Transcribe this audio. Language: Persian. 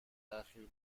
اخیر